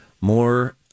more